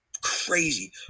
crazy